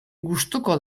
gustuko